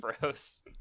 Bros